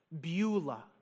Beulah